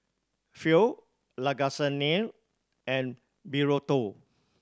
Pho Lasagne and Burrito